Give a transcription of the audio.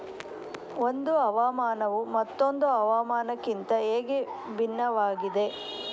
ಒಂದು ಹವಾಮಾನವು ಮತ್ತೊಂದು ಹವಾಮಾನಕಿಂತ ಹೇಗೆ ಭಿನ್ನವಾಗಿದೆ?